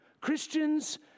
Christians